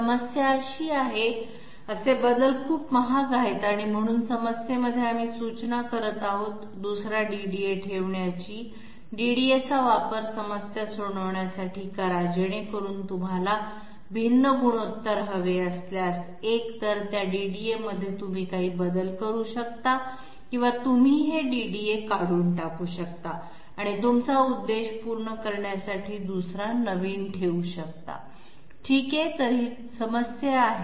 समस्या अशी आहे असे बदल खूप महाग आहेत आणि म्हणून समस्येमध्ये आपण सूचना करत आहोत दुसरा DDA ठेवण्याची DDA चा वापर समस्या सोडवण्यासाठी करा जेणेकरून तुम्हाला भिन्न गुणोत्तर हवे असल्यास एकतर त्या DDA मध्ये तुम्ही काही बदल करू शकता किंवा तुम्ही हे DDA काढून टाकू शकता आणि तुमचा उद्देश पूर्ण करण्यासाठी दुसरा नवीन ठेवू शकता ठीक आहे तर ही समस्या आहे